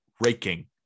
raking